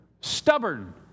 Stubborn